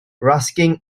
ruskin